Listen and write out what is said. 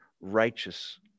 righteous